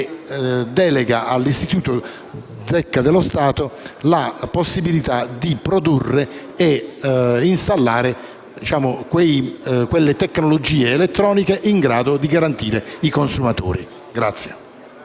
delega all'Istituto poligrafico e Zecca dello Stato la possibilità di produrre e installare quelle tecnologie elettroniche in grado di garantire i consumatori.